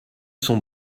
son